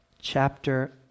chapter